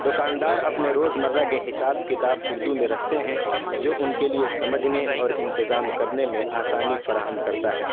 دکاندار اپنے روز مرہ کے حساب کتاب اردو میں رکھتے ہیں جو ان کے لیے سمجھنے اور انتظام کرنے میں آسانی فراہم کرتا ہے